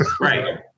Right